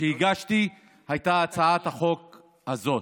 שהגשתי הייתה הצעת החוק הזאת.